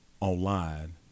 online